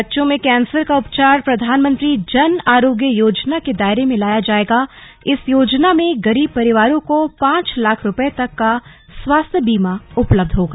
बच्चों में कैंसर का उपचार प्रधानमंत्री जन आरोग्य योजना के दायरे में लाया जाएगा इस योजना में गरीब परिवारों को पांच लाख रुपए तक का स्वास्थ्य बीमा उपलब्ध होगा